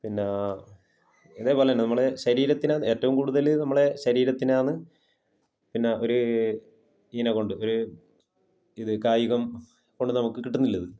പിന്നാ ഇതേപോലന്നെ നമ്മളെ ശരീരത്തിനാ ഏറ്റവും കൂട്തല് നമ്മടെ ശരീരത്തിനാന്ന് പിന്ന ഒര് ഇയിനെക്കൊണ്ട് ഒര് ഇത് കായികം കൊണ്ട് നമക്ക് കിട്ട്ന്നിള്ളത്